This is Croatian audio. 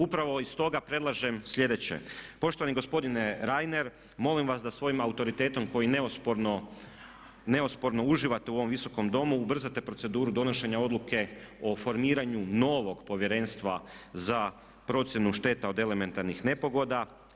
Upravo i stoga predlažem slijedeće, poštovani gospodine Reiner molim Vas da svojim autoritetom koji neosporno uživate u ovom visokom domu ubrzate proceduru donošenja odluke o formiranju novog Povjerenstva za procjenu šteta od elementarnih nepogoda.